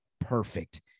perfect